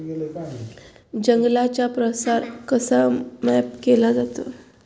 जंगलांचा प्रसार कसा मॅप केला जातो?